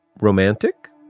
romantic